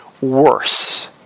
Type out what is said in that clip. worse